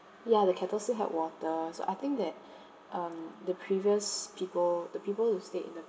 ya the kettle still had water so I think that um the previous people the people who stayed in the